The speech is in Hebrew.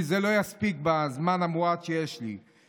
כי לא יספיק הזמן המועט שיש לי,